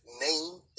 name